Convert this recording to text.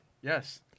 Yes